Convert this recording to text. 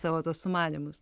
savo tuos sumanymus